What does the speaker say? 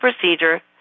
procedure